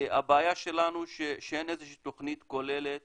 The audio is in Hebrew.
הבעיה שלנו שאין איזה שהיא תוכנית כוללת